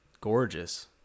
gorgeous